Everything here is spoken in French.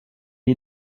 est